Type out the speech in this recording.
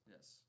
yes